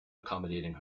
accommodating